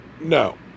No